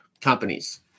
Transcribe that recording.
companies